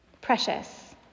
Precious